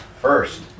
First